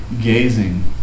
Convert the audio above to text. gazing